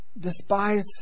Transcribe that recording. despise